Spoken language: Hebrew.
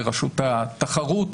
רשות התחרות.